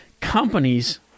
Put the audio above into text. companies